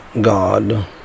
God